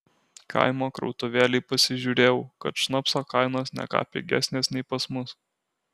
kaimo krautuvėlėj pasižiūrėjau kad šnapso kainos ne ką pigesnės nei pas mus